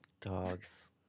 Dogs